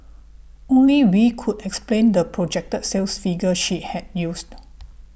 only Wee could explain the projected sales figure she had used